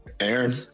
Aaron